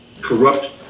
corrupt